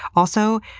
also,